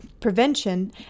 prevention